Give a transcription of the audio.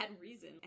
reason